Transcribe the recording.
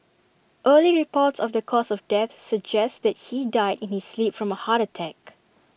early reports of the cause of death suggests that he died in his sleep from A heart attack